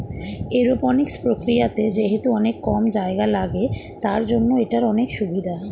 aeroponics প্রক্রিয়াতে যেহেতু অনেক কম জায়গা লাগে, তার জন্য এটার অনেক সুভিধা